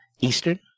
Eastern